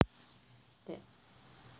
that